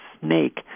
snake